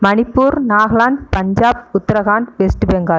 Manipur Nagaland Punjab Uttarakhand West Bengal